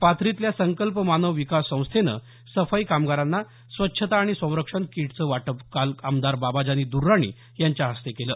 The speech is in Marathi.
पाथरीतल्या संकल्प मानव विकास संस्थेनं सफाई कामगारांना स्वच्छता आणि संरक्षण किटचं वाटप काल आमदार बाबाजानी दुर्राणी यांच्या हस्ते केलं